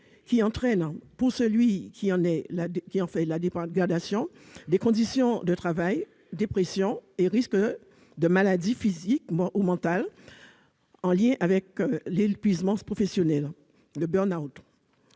qui entraîne pour celui qui en est l'objet la dégradation des conditions de travail, la dépression et un risque de maladie physique ou mentale en relation avec l'épuisement professionnel, le burn-out.